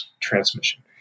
transmission